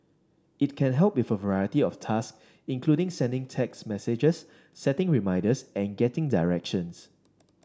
it can help with a variety of task including sending text messages setting reminders and getting directions